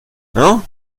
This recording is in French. hein